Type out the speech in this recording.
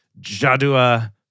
Jadua